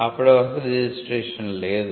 అప్పటి వరకు రిజిస్ట్రేషన్ లేదు